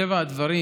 מטבע הדברים,